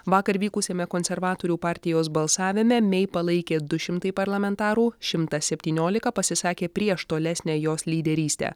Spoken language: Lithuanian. vakar vykusiame konservatorių partijos balsavime mei palaikė du šimtai parlamentarų šimtas septyniolika pasisakė prieš tolesnę jos lyderystę